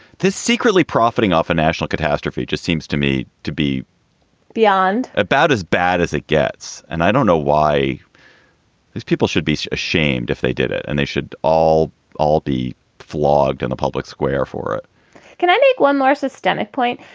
this secretly profiting off a national catastrophe. it seems to me to be beyond about as bad as it gets. and i don't know why these people should be ashamed if they did it. and they should all all be flogged in the public square for it can i make one more systemic point?